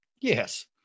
Yes